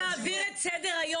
ניר, זה פשוט להעביר את סדר היום.